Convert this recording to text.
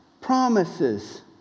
promises